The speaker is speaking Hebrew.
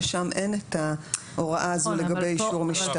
ושם אין את ההוראה הזו לגבי אישור משטרה.